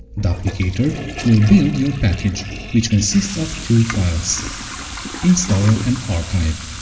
duplicator will build your package, which consists of two files installer and archive.